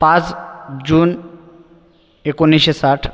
पाच जून एकोणीसशे साठ